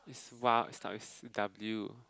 it's !wah! it starts with C W